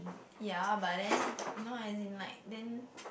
ya but then no as in like then